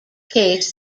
case